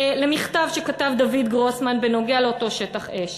המכתב שכתב דויד גרוסמן בנוגע לאותו שטח אש.